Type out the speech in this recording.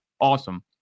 awesome